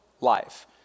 life